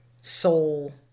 soul